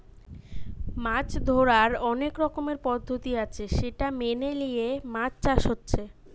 মাছ ধোরার অনেক রকমের পদ্ধতি আছে সেটা মেনে লিয়ে মাছ চাষ হচ্ছে